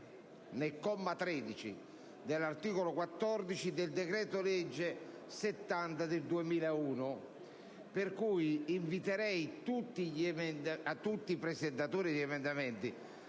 nel comma 13 dell'articolo 14 del decreto-legge n. 70 del 2001, invito tutti i presentatori di emendamenti